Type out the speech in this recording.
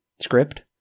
script